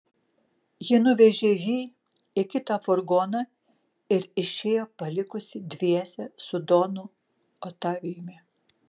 ji nuvežė jį į kitą furgoną ir išėjo palikusi dviese su donu otavijumi